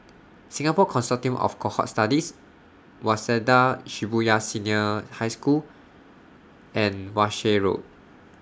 Singapore Consortium of Cohort Studies Waseda Shibuya Senior High School and Walshe Road